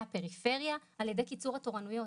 הפריפריה על ידי קיצור התורנויות.